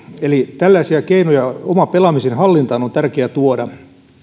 eli tällaisia keinoja oman pelaamisen hallintaan on tärkeä tuoda